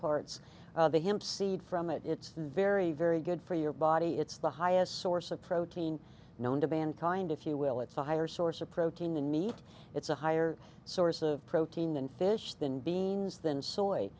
it's him seed from it it's very very good for your body it's the highest source of protein known to mankind if you will it's a higher source of protein and meat it's a higher source of protein and fish than beans than soy